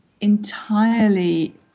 entirely